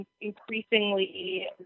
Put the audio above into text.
increasingly